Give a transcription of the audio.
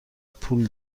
پول